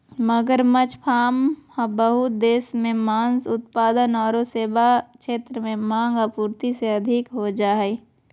मगरमच्छ फार्म बहुत देश मे मांस उत्पाद आरो सेवा क्षेत्र में मांग, आपूर्ति से अधिक हो जा हई